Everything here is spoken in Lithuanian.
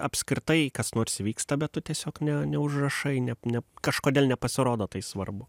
apskritai kas nors vyksta bet tu tiesiog ne neužrašai ne ne kažkodėl nepasirodo tai svarbu